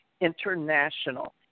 International